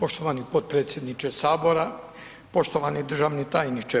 Poštovani podpredsjedniče Sabora, poštovani državni tajniče.